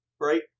right